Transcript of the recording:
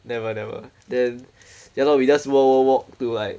never never then ya lor we just walk walk walk walk to like